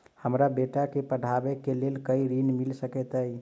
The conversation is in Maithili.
हमरा बेटा केँ पढ़ाबै केँ लेल केँ ऋण मिल सकैत अई?